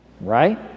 right